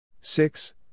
Six